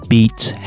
Beats